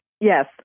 yes